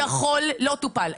לא טופל.